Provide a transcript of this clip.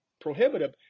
prohibitive